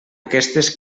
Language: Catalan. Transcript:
aquestes